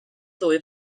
ddwy